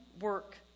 work